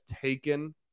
taken